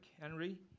Henry